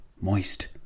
moist